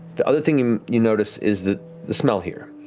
the other thing you notice is the the smell here.